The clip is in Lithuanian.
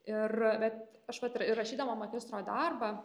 ir bet aš vat ir rašydama magistro darbą